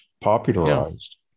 popularized